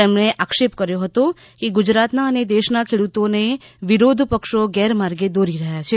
તેમણે આક્ષેપ કર્યો હતો કે ગુજરાતના અને દેશનાં ખેડૂતોને વિરોધ પક્ષો ગેરમાર્ગે દોરી રહ્યાં છે